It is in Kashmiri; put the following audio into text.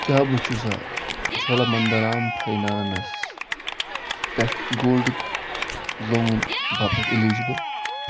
کیٛاہ بہٕ چھُ سا چھولامنٛڈَلم فاینانس پٮ۪ٹھ گولڈٕ لون باپتھ اِلیجبٕل